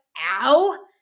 ow